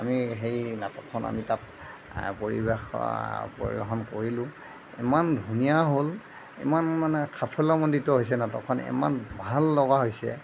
আমি সেই নাটকখন আমি তাত পৰিৱেশ পৰিৱেশন কৰিলোঁ ইমান ধুনীয়া হ'ল ইমান মানে সাফল্যমণ্ডিত হৈছে নাটকখন ইমান ভাল লগা হৈছে